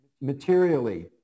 materially